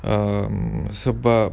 um sebab